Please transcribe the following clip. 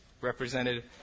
represented